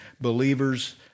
believers